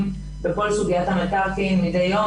שנוגעים בכל סוגיית המקרקעין מדי יום.